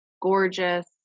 gorgeous